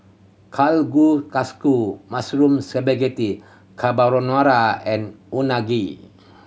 Kalguksu Mushroom Spaghetti Carbonara and Unagi